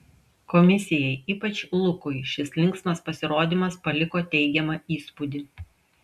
komisijai ypač lukui šis linksmas pasirodymas paliko teigiamą įspūdį